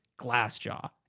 Glassjaw